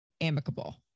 amicable